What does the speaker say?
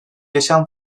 yaşam